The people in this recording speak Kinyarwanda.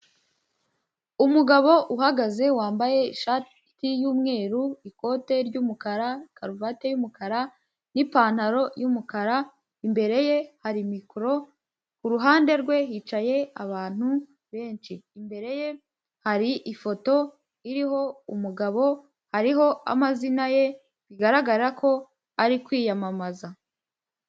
Umugabo uhagaze wambaye ishati y'umweru, ikote ry'umukara, karuvati y'umukara n'ipantaro y'umukara. Imbere ye hari mikoro, ku ruhande rwe hicaye abantu benshi, imbere ye hari ifoto iriho umugabo hariho amazina ye bigaragarako ari kwiyamamaza.